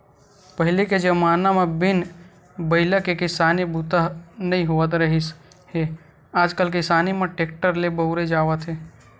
पहिली के जमाना म बिन बइला के किसानी बूता ह होवत नइ रिहिस हे आजकाल किसानी म टेक्टर ल बउरे जावत हे